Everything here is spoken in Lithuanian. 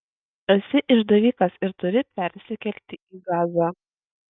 esi išdavikas ir turi persikelti į gazą